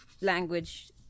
language